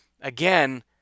Again